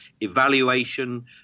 evaluation